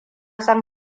san